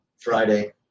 Friday